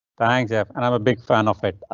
thanks jeff, and i'm a big fan of it. ah,